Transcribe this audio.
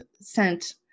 sent